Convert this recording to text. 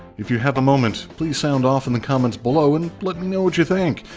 if you have a moment, please sound off in the comments below and let me know what you think.